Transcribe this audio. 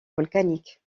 volcanique